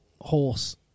horse